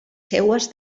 seues